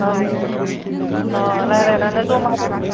औ अ रायज्लायनानै जमा